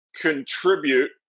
contribute